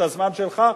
את הזמן שלך,